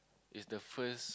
is the first